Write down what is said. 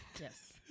Yes